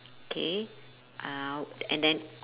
K uh and then